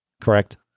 Correct